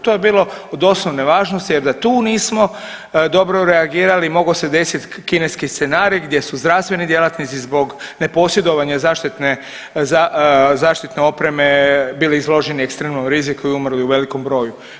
To je bilo od doslovne važnosti, jer da tu nismo dobro reagirali mogao se desiti kineski scenarij gdje su zdravstveni djelatnici zbog neposjedovanja zaštitne opreme bili izloženi ekstremnom riziku i umrli u velikom broju.